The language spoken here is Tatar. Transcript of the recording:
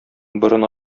борын